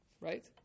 Right